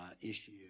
issue